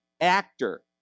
actor